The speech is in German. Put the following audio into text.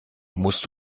musst